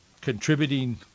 contributing